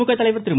திமுக தலைவர் திரு